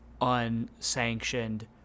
unsanctioned